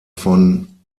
von